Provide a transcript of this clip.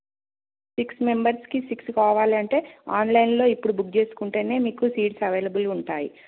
six మెంబెర్స్కి six కావాలంటే ఆన్లైన్లో ఇప్పుడు బుక్ చేసుకుంటేనే మీకు సీట్స్ అవైలబుల్ ఉంటాయి